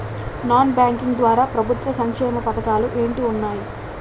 Non banking ద్వారా ప్రభుత్వ సంక్షేమ పథకాలు ఏంటి ఉన్నాయి?